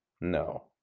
No